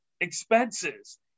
expenses